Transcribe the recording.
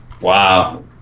Wow